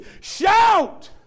Shout